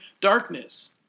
darkness